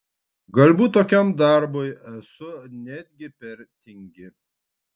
galbūt tokiam darbui esu netgi per tingi